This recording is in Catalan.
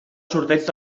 sorteig